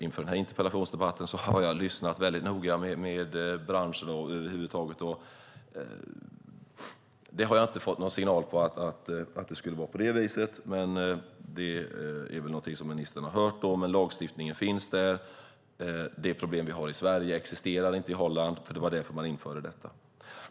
Inför denna interpellationsdebatt har jag lyssnat noga på branschen, och jag har inte fått någon signal om att det skulle vara på det viset. Ministern har kanske hört detta, men lagstiftningen finns där. Det problem vi har i Sverige existerar inte i Holland eftersom man införde denna lag.